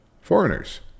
foreigners